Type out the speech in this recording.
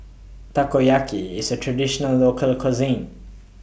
Takoyaki IS A Traditional Local Cuisine